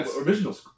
original